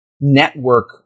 network